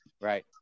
Right